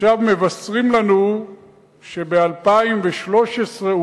עכשיו מבשרים לנו שאולי ב-2013,